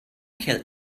kill